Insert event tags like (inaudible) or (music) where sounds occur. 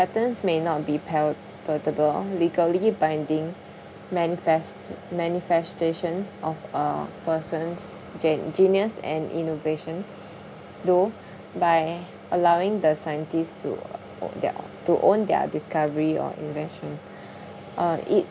patents may not be pal~ palpable legally binding manifest~ manifestation of a person's gen~ genius and innovation (breath) though (breath) by allowing the scientists to own their to own their discovery or invention (breath) uh it